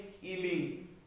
healing